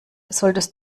solltest